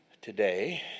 today